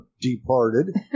departed